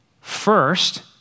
First